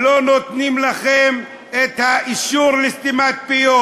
לא נותנים לכם את האישור לסתימת פיות.